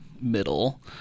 middle